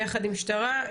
ביחד עם המשטרה.